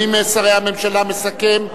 מי משרי הממשלה מסכם?